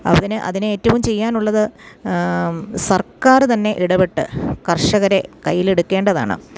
അതിന് അതിന് ഏറ്റവും ചെയ്യാനുള്ളത് സർക്കാർ തന്നെ ഇടപെട്ട് കർഷകരെ കയ്യിലെടുക്കേണ്ടതാണ്